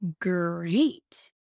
great